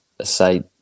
say